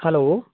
hello